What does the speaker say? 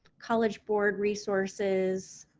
college board resources,